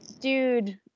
dude